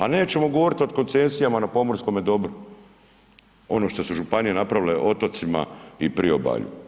A nećemo govoriti o koncesijama na pomorskome dobru, ono što su županije napravile otocima i priobalju.